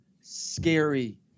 scary